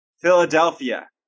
Philadelphia